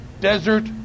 Desert